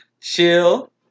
chill